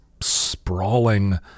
sprawling